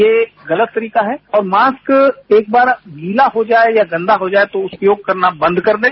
ये गलत तरीका है और मास्क एक बार गीला हो जाए या गंदा हो जाए तो उपयोग करना बंद कर दें